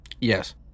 yes